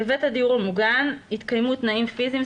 בבית הדיור המוגן יתקיימו תנאים פיזיים,